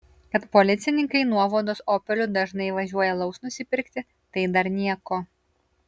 kad policininkai nuovados opeliu dažnai važiuoja alaus nusipirkti tai dar nieko